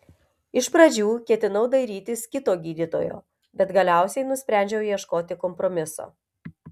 iš pradžių ketinau dairytis kito gydytojo bet galiausiai nusprendžiau ieškoti kompromiso